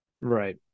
right